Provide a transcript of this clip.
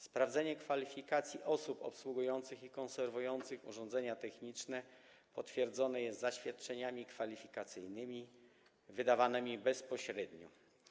Sprawdzenie kwalifikacji osób obsługujących i konserwujących urządzenia techniczne potwierdzane jest zaświadczeniami kwalifikacyjnymi wydawanymi bezpośrednio.